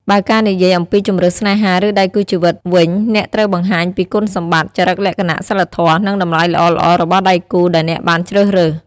បើការនិយាយអំពីជម្រើសស្នេហាឬដៃគូជីវិតវិញអ្នកត្រូវបង្ហាញពីគុណសម្បត្តិ ចរិតលក្ខណៈ សីលធម៌ និងតម្លៃល្អៗរបស់ដៃគូដែលអ្នកបានជ្រើសរើស។